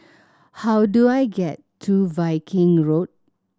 how do I get to Viking Road